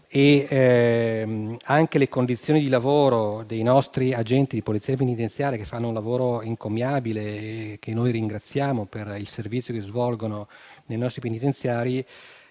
anche alle condizioni di lavoro dei nostri agenti di Polizia penitenziaria, che fanno un lavoro encomiabile e che ringraziamo per il servizio che svolgono nei nostri penitenziari.